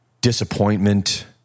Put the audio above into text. disappointment